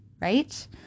right